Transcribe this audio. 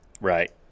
Right